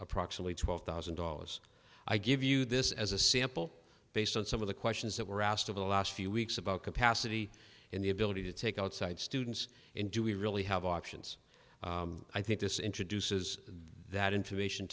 approximately twelve thousand dollars i give you this as a sample based on some of the questions that were asked of the last few weeks about capacity and the ability to take outside students and do we really have options i think this introduces that information